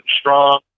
strong